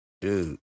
Dude